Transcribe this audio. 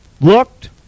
Looked